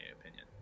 opinion